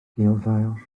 gulddail